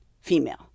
female